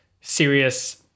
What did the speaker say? serious